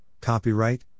Copyright